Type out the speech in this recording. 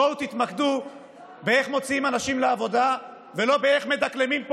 בואו תתמקדו באיך מוציאים אנשים לעבודה ולא באיך מדקלמים פה